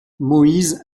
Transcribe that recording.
moïse